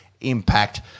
impact